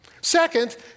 Second